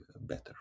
better